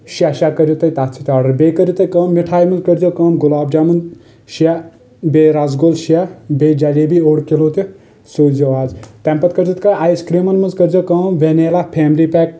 شیٚے شیٚے کٔرو تُہۍ تتھ سۭتۍ آڈر بییٚہِ کٔرِو تُہۍ کٲم مٹھایہِ منٛز کٔرزٮ۪و کٲم گلاب جامن شیٚے بییٚہِ رس گول شیٚے بییٚہِ جیٚلیبی اوٚڑ کِلو تہِ سوٗزۍ زٮ۪و حظ تمہٕ پتہٕ کٔرزٮ۪و کٲم آیِس کریٖمن منٛز کٔرزٮ۪و کٲم ویٚنِلا فیملی پیک